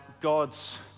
God's